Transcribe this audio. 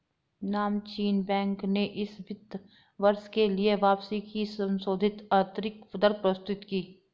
नामचीन बैंक ने इस वित्त वर्ष के लिए वापसी की संशोधित आंतरिक दर प्रस्तुत की